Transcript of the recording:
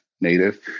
Native